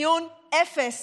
לציון אפס